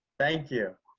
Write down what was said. thank you.